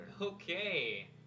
Okay